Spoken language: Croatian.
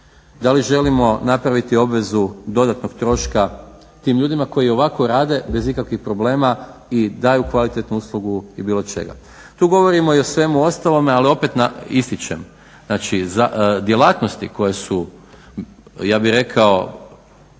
Da li želimo napraviti obvezu dodatnog troška tim ljudima koji i ovako rade bez ikakvih problema i daju kvalitetnu uslugu i bilo čega. Tu govorimo i o svemu ostalome, ali opet ističem. Znači, djelatnosti koje su, ja bih rekao